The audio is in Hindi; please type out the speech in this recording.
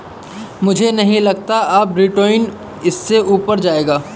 मुझे नहीं लगता अब बिटकॉइन इससे ऊपर जायेगा